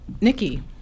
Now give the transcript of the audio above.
Nikki